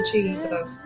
Jesus